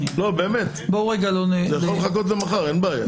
זה יכול לחכות למחר, אין בעיה.